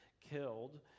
killed